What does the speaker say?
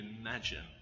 imagine